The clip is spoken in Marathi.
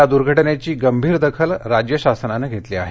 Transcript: या दूर्घटनेची गंभीर दखल राज्य शासनानं घेतली आहे